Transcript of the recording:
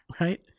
right